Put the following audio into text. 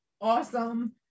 Awesome